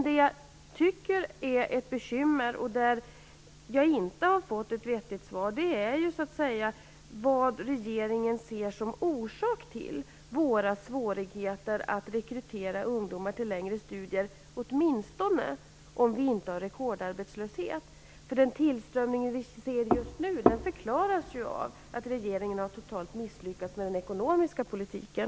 Det jag tycker är ett bekymmer, och där har jag inte fått ett vettigt svar, är frågan om vad regeringen ser som orsak till våra svårigheter att rekrytera ungdomar till längre studier - åtminstone om vi inte har rekordarbetslöshet. Den tillströmning vi ser just nu förklaras ju av att regeringen misslyckats totalt med den ekonomiska politiken.